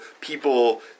people